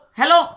hello